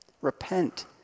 Repent